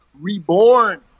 reborn